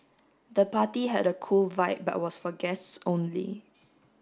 the party had a cool vibe but was for guests only